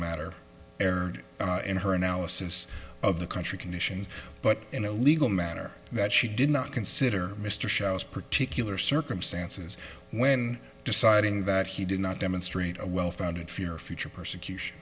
matter erred in her analysis of the country conditions but in a legal manner that she did not consider mr shows particular circumstances when deciding that he did not demonstrate a well founded fear future persecution